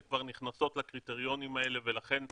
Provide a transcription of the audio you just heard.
שכבר נכנסות לקריטריונים האלה ולכן,